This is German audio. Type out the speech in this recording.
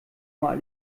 mal